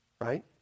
Right